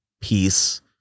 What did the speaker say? peace